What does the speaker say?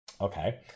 Okay